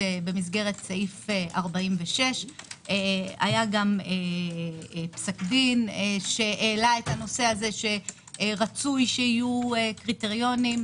סעיף 46. היה גם פסק דין שהעלה את הנושא שרצוי שיהיו קריטריונים,